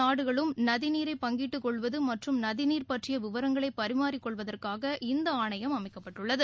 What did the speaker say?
நாடுகளும் நதிநீரை பங்கீட்டுக்கொள்வது மற்றும் நதிநீர் பற்றிய விவரங்களை இரு பரிமாறிக்கொள்வதற்காக இந்த ஆணையம் அமைக்கப்பட்டுள்ளது